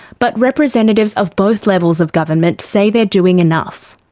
but representatives of both levels of government say they're doing enough.